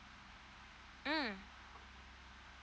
mm